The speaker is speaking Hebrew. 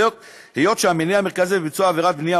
היות שמניע מרכזי בביצוע עבירות בנייה